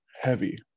heavy